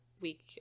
week